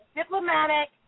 diplomatic